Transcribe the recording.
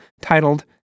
titled